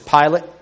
Pilate